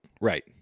Right